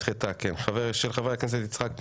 של חברי הכנסת אלקין,